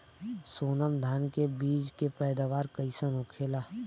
सोनम धान के बिज के पैदावार कइसन होखेला?